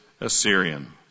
Assyrian